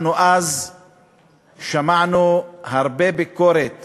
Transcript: אנחנו שמענו אז הרבה ביקורת